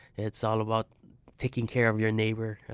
it's all about taking care of your neighbor,